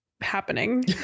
happening